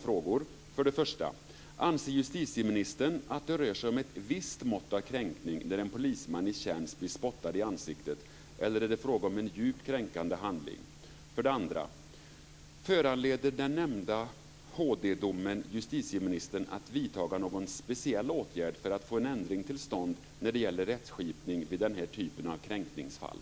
För det första: Anser justitieministern att det rör sig om ett visst mått av kränkning när en polisman i tjänst blir spottad i ansiktet eller är det fråga om en djupt kränkande handling? För det andra: Föranleder den nämnda HD-domen justitieministern att vidta någon speciell åtgärd för att få en ändring till stånd när det gäller rättskipning vid den här typen av kränkningsfall?